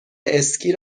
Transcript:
اسکی